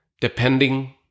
depending